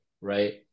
right